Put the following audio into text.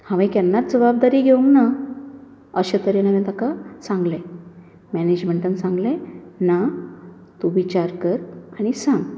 हांवें केन्नाच जबाबदारी घेवना अशें तरेन हांवें ताका सांगले मॅनेजमँटान सांगले ना तूं विचार कर आनी सांग